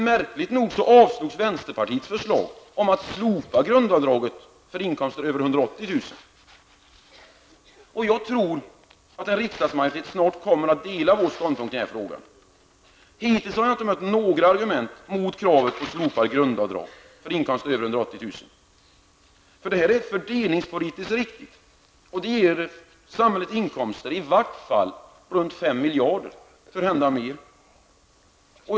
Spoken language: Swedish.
Märkligt nog avslogs vänsterpartiets förslag om att slopa grundavdraget för inkomster över 180 000 kr. Jag tror att en riksdagsmajoritet snart kommer att dela vår ståndpunkt i denna fråga. Hittills har jag inte mött några argument mot kravet på ett slopande av grundavdraget vid inkomster över 180 000 kr. Grundavdrag vid sådana inkomster är inte fördelningspolitiskt riktigt. Ett slopande av grundavdraget i sådana fall skulle ge samhället inkomster på ca 5 miljarder kronor, kanske mer.